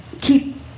Keep